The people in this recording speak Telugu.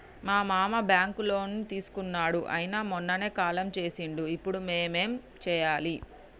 మా మామ బ్యాంక్ లో లోన్ తీసుకున్నడు అయిన మొన్ననే కాలం చేసిండు ఇప్పుడు మేం ఏం చేయాలి?